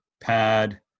pad